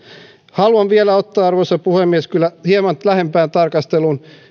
haluan vielä ottaa arvoisa puhemies kyllä hieman lähempään tarkasteluun